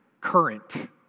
current